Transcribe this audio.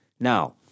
Now